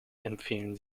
empfehlen